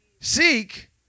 Seek